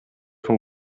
von